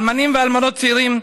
אלמנים ואלמנות צעירים.